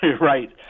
right